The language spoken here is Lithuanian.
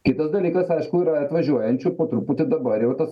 kitas dalykas aišku yra atvažiuojančių po truputį dabar jau tas